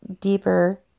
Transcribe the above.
deeper